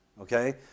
okay